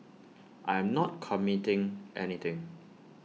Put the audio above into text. I am not committing anything